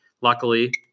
luckily